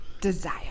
desire